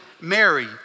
Mary